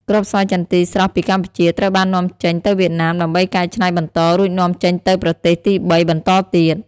គ្រាប់ស្វាយចន្ទីស្រស់ពីកម្ពុជាត្រូវបាននាំចេញទៅវៀតណាមដើម្បីកែច្នៃបន្ត រួចនាំចេញទៅប្រទេសទីបីបន្តទៀត។